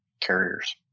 carriers